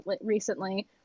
recently